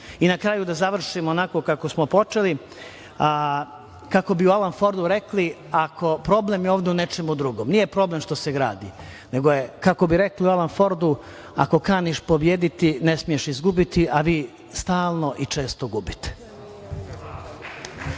kraju, da završim onako kako smo počeli, kako bi u Alan Fordu rekli problem je ovde u nečemu drugom. Nije problem što se gradi, nego kako bi rekli u Alanu Fordu - ako kaniš pobjediti, ne smiješ izgubiti, a vi stalno i često gubite.